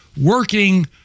working